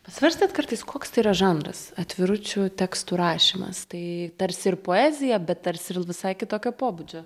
pasvarstėt kartais koks tai yra žanras atviručių tekstų rašymas tai tarsi ir poezija bet tarsi ir visai kitokio pobūdžio